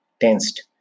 tensed